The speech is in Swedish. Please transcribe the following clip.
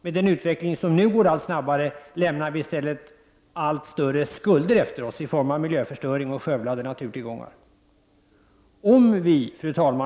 Med den utveckling som nu går allt snabbare lämnar vi i stället allt större skulder efter oss i form av miljöförstöring och skövlade naturtillgångar. Fru talman!